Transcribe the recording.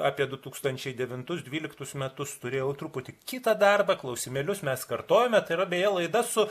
apie du tūkstančiai devintus dvyliktus metus turėjau truputį kitą darbą klausimėlius mes kartojome tai beje laida su